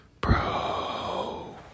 bro